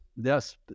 Yes